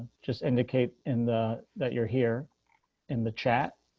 just indicate in the that you're here in the chat.